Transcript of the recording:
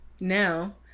now